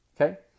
okay